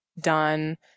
done